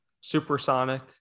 supersonic